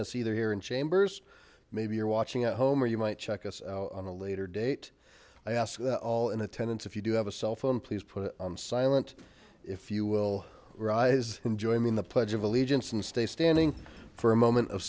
us either here in chambers maybe you're watching at home or you might check us out on a later date i ask that all in attendance if you do have a cell phone please put it on silent if you will rise in join me in the pledge of allegiance and stay standing for a moment of